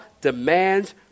demands